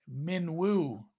Minwoo